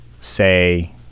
say